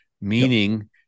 meaning